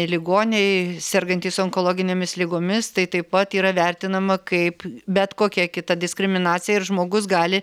ligoniai sergantys onkologinėmis ligomis tai taip pat yra vertinama kaip bet kokia kita diskriminacija ir žmogus gali